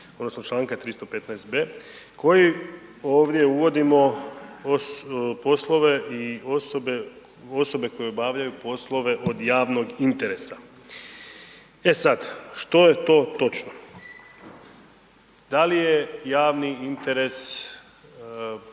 odnosno čl. 315.b koji ovdje uvodimo poslove i osobe, osobe koje obavljaju poslove od javnog interesa. E sad, što je to točno? Da li je javni interes imati